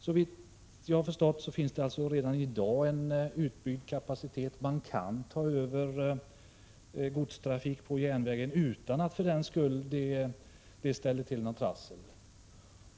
Såvitt jag har förstått finns det redan i dag en utbyggd kapacitet för att ta över godstrafik på järnvägen utan att detta för den skull ställer till problem.